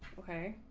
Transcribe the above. ok.